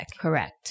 Correct